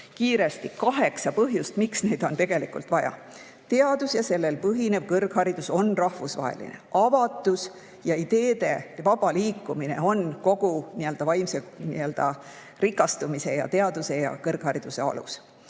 lausa kaheksa põhjust, miks neid on tegelikult vaja. [Esiteks,] teadus ja sellel põhinev kõrgharidus on rahvusvaheline. Avatus ja ideede vaba liikumine on kogu vaimse rikastumise, teaduse ja kõrghariduse alus.